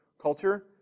culture